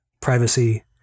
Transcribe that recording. privacy